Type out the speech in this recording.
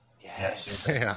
Yes